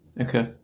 Okay